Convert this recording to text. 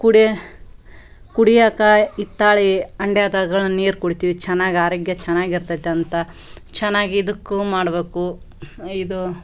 ಕುಡಿಯ ಕುಡಿಯಾಕ ಹಿತ್ತಾಳಿ ಹಂಡೇದಾಗ್ಳ ನೀರು ಕುಡಿತೀವಿ ಚೆನ್ನಾಗ್ ಆರೋಗ್ಯ ಚೆನ್ನಾಗಿರ್ತತ್ ಅಂತ ಚೆನ್ನಾಗ್ ಇದಕ್ಕು ಮಾಡಬೇಕು ಇದು